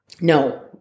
No